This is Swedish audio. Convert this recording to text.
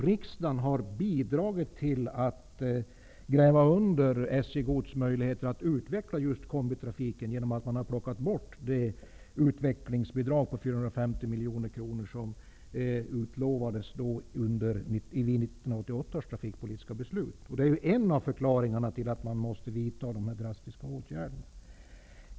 Riksdagen har bidragit till att SJ Gods möjligheter undergrävts när det gäller att utveckla just kombitrafiken genom att man har plockat bort det utvecklingsbidrag om 450 miljoner kronor som utlovades i 1988 års trafikpolitiska beslut. Det är en av förklaringarna till att man måste vidta de här drastiska åtgärderna.